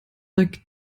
like